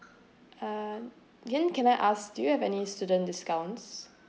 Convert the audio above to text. uh then can I ask do you have any student discounts